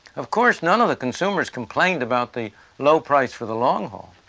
of course, none of the consumers complained about the low price for the long haul,